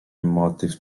motyw